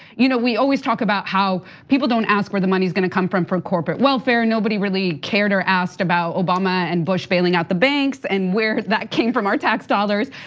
you know we always talk about how people don't ask where the money's gonna come from from corporate welfare. nobody really cared or asked about obama and bush bailing out the banks, and where that came from, our tax dollars.